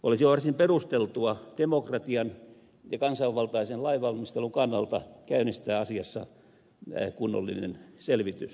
olisi varsin perusteltua demokratian ja kansanvaltaisen lain valmistelun kannalta käynnistää asiassa kunnollinen selvitys